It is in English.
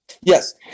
Yes